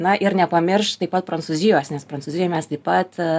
na ir nepamiršt taip pat prancūzijos nes prancūzijoj mes taip pat